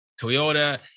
Toyota